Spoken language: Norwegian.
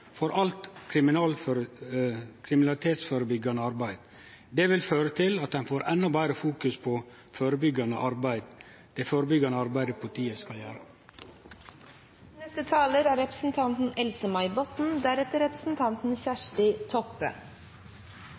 for alt kriminalitetsførebyggjande arbeid. Det vil føre til at ein får eit endå betre fokus på det førebyggjande arbeidet politiet skal